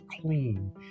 clean